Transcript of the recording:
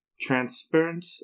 transparent